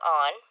on